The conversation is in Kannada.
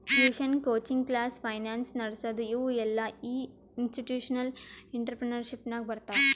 ಟ್ಯೂಷನ್, ಕೋಚಿಂಗ್ ಕ್ಲಾಸ್, ಫೈನಾನ್ಸ್ ನಡಸದು ಇವು ಎಲ್ಲಾಇನ್ಸ್ಟಿಟ್ಯೂಷನಲ್ ಇಂಟ್ರಪ್ರಿನರ್ಶಿಪ್ ನಾಗೆ ಬರ್ತಾವ್